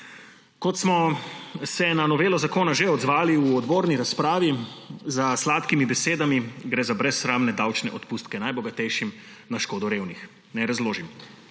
Kot smo se na novelo zakona že odzvali v odborni razpravi – za sladkimi besedami gre za brezsramne davčne odpustke najbogatejšim na škodo revnih. Naj razložim.